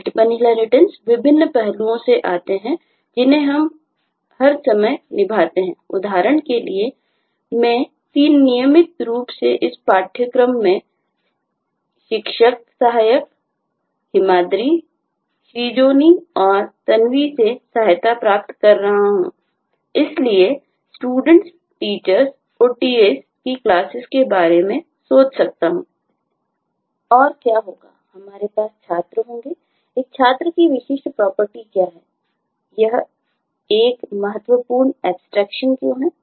multiple inheritance क्यों है